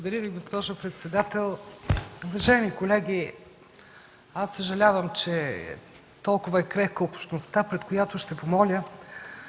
Благодаря Ви, госпожо председател. Уважаеми колеги, съжалявам, че толкова е крехка общността, пред която ще помоля